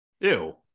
Ew